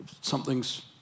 something's